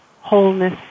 wholeness